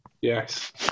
Yes